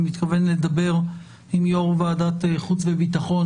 אני מתכוון לדבר עם יו"ר ועדת חוץ וביטחון,